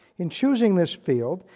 in choosing this field,